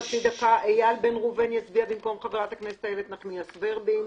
איל בן ראובן יצביע במקום חברת הכנסת איילת נחמיאס ורבין.